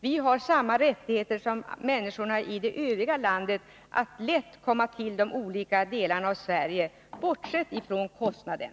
Vi har samma rättigheter som alla andra människor i vårt land när det gäller att kunna komma till olika delar av Sverige — bortsett från kostnaden.